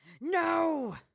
no